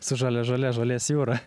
su žalia žolė žolės jūra